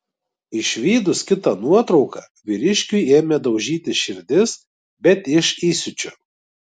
išvydus kitą nuotrauką vyriškiui ėmė daužytis širdis bet iš įsiūčio